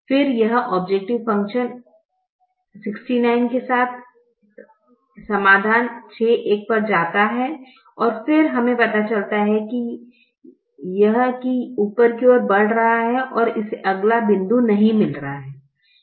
फिर यह objective function 69 के साथ समाधान 61 पर जाता है और फिर हमें पता चलता है कि यह है ऊपर की ओर बढ़ रहा है और इसे अगला बिंदु नहीं मिल रहा है